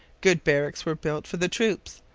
good barracks were built for the troops,